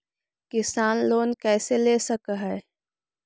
किसान लोन कैसे ले सक है?